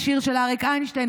לשיר של אריק איינשטיין,